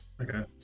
Okay